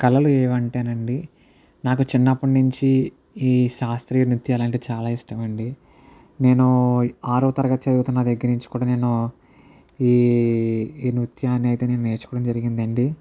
కలలు ఏవంటేనా అండి నాకు చిన్నప్పటినుంచి ఈ శాస్త్రీయ నృత్యాలు అంటే చాలా ఇష్టం అండి నేను ఆరో తరగతి చదువుతున్న దగ్గర నుండి కూడా నేను ఈ ఈ నృత్యాన్ని అయితే నేను నేర్చుకోవడం జరిగింది అండి